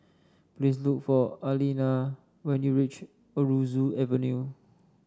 please look for Aleena when you reach Aroozoo Avenue